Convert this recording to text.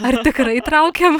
ar tikrai traukiam